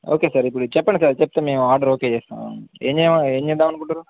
okay sir ఇప్పుడు చెప్పండి sir చెప్తే మేము ఆర్డర్ ఓకే చేస్తాం ఏమ ఏ చేద్దామనుకుంటురు